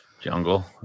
jungle